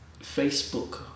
Facebook